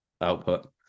output